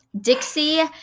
Dixie